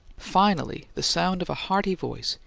finally the sound of a hearty voice,